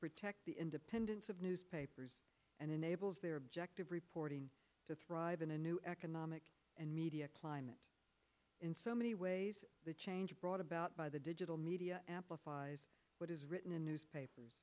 protect the independence of newspapers and enables their objective reporting to thrive in a new economic and media climate in so many ways the change brought about by the digital media amplifies what is written in newspapers